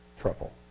trouble